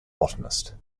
botanist